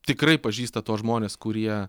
tikrai pažįsta tuos žmones kurie